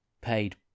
paid